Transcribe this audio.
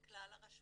לכלל הרשויות.